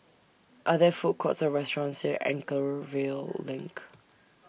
Are There Food Courts Or restaurants near Anchorvale LINK